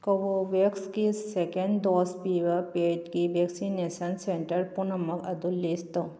ꯀꯣꯚꯣꯚꯦꯛꯁꯀꯤ ꯁꯦꯀꯦꯟ ꯗꯣꯁ ꯄꯤꯕ ꯄꯦꯗꯃꯤ ꯚꯦꯛꯁꯤꯟꯅꯦꯁꯟ ꯁꯦꯟꯇꯔ ꯄꯨꯅꯃꯛ ꯑꯗꯨ ꯂꯤꯁ ꯇꯧ